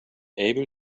able